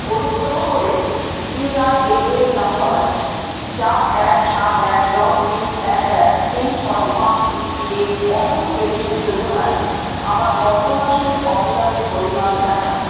অনুগ্রহ করে পিআরএএন নম্বর চার এক সাত এক নয় তিন এক এক তিন ছয় পাঁচ দুই এর অটল পেনশন যোজনায় আমার গত মাসের অবদানের পরিমাণ দেখান